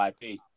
IP